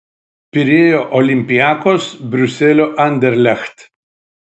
pirėjo olympiakos briuselio anderlecht